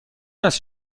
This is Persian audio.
است